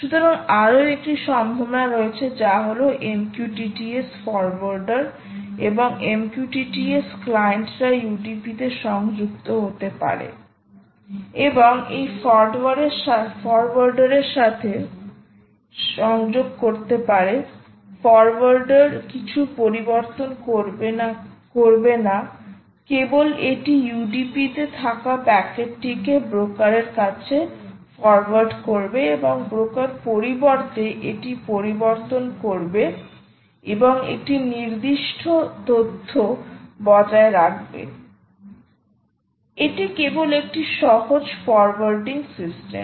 সুতরাং আরও একটি সম্ভাবনা রয়েছে যা হল MQTT S ফরোয়ার্ডার এবং MQTT S ক্লায়েন্টরা UDP তে সংযুক্ত হতে পারে এবং এই ফরোয়ার্ডারের সাথে সংযোগ করতে পারে ফরওয়ার্ডার কিছু পরিবর্তন করবে না কেবল এটি ইউডিপিতে থাকা প্যাকেটটিকে ব্রোকারের কাছে ফরোয়ার্ড করবে এবং ব্রোকার পরিবর্তে এটি পরিবর্তন করবে এবং একটি নির্দিষ্ট তথ্য বজায় রাখবে এটি কেবল একটি সহজ ফরওয়ার্ডিং সিস্টেম